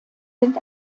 sind